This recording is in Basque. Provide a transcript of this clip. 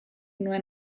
nuen